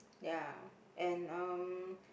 ya and um